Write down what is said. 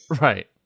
Right